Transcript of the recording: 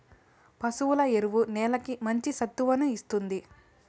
పశువుల ఎరువు నేలకి మంచి సత్తువను ఇస్తుంది